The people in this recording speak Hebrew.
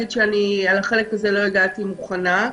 לחלק הזה לא הגעתי מוכנה,